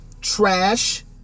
trash